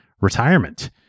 retirement